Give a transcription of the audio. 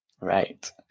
Right